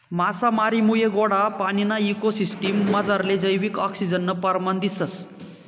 मासामारीमुये गोडा पाणीना इको सिसटिम मझारलं जैविक आक्सिजननं परमाण दिसंस